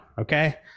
Okay